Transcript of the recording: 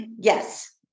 Yes